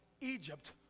Egypt